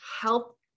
help